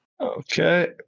Okay